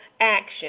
action